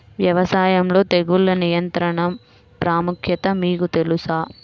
వ్యవసాయంలో తెగుళ్ల నియంత్రణ ప్రాముఖ్యత మీకు తెలుసా?